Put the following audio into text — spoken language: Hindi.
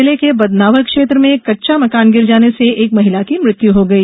जिले के बदनावर क्षेत्र में कच्चा मकान गिर जाने से एक महिला की मृत्यू हो गई